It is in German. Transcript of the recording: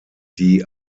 die